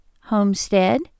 homestead